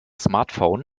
smartphone